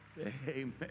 Amen